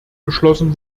beschlossen